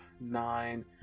nine